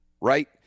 right